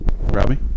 robbie